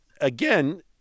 again